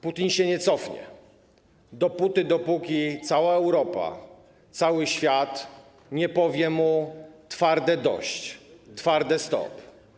Putin się nie cofnie dopóty, dopóki cała Europa, cały świat nie powie mu twardo dość, twardo stop.